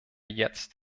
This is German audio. jetzt